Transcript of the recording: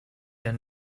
and